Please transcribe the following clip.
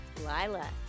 Lila